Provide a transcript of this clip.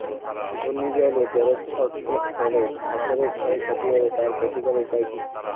ঘূর্ণিঝড় ও জলোচ্ছ্বাস এর ফলে ফসলের ক্ষয় ক্ষতি হলে তার প্রতিকারের উপায় কী?